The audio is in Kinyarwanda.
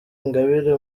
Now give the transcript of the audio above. ingabire